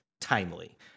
timely